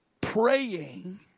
praying